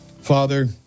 Father